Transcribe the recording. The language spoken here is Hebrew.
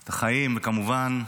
חיים, כמובן,